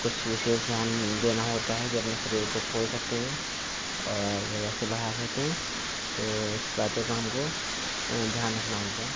कुछ विशेष ध्यान देना होता है कि अपने शरीर को खोल सकें और वैसे बढ़ा सकें तो ऐसी बातों का हमको ध्यान रखना होगा